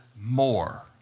more